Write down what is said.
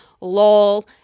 Lol